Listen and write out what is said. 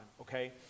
okay